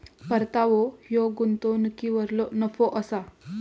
परतावो ह्यो गुंतवणुकीवरलो नफो असा